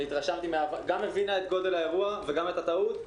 גם הבינה את גודל האירוע וגם את הטעות,